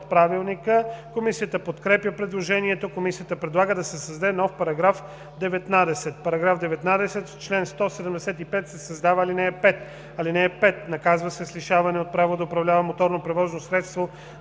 Правилника. Комисията подкрепя предложението. Комисията предлага да се създаде нов § 19: „§ 19. В чл. 175 се създава ал. 5: „(5) Наказва се с лишаване от право да управлява моторно превозно средство